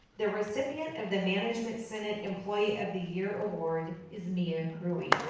the recipient of the management senate employee of the year award is mia and ruiz.